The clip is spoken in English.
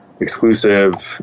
exclusive